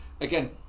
again